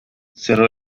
cerró